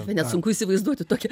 net sunku įsivaizduoti tokį